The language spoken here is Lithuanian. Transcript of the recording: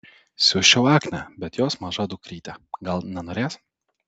siųsčiau agnę bet jos maža dukrytė gal nenorės